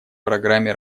программе